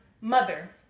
mother